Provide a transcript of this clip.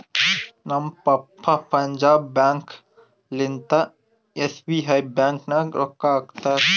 ನಮ್ ಪಪ್ಪಾ ಪಂಜಾಬ್ ಬ್ಯಾಂಕ್ ಲಿಂತಾ ಎಸ್.ಬಿ.ಐ ಬ್ಯಾಂಕ್ ನಾಗ್ ರೊಕ್ಕಾ ಹಾಕ್ತಾರ್